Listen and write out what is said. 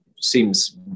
seems